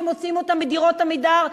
שמוציאים אותם מדירות "עמידר",